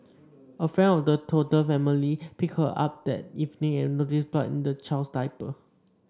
a friend of the toddler's family picked her up that evening and noticed blood in the child's diaper